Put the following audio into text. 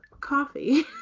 coffee